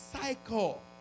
cycle